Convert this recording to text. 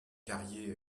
carrier